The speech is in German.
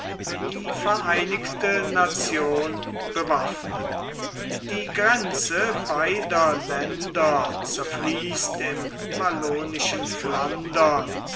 die vereinigte nation bewaffnen die grenze beider länder zerfließt im wallonischen flandern